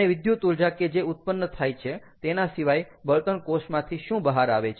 અને વિદ્યુત ઊર્જા કે જે ઉત્પન્ન થાય છે તેના સિવાય બળતણ કોષમાંથી શું બહાર આવે છે